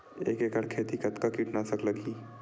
एक एकड़ खेती कतका किट नाशक लगही?